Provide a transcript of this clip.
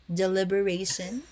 deliberation